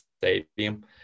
stadium